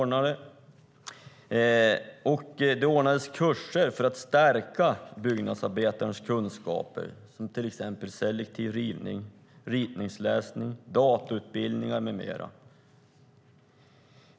Det ordnades kurser för att stärka byggnadsarbetarnas kunskaper, till exempel selektiv rivning, ritningsläsning, datautbildningar med mera.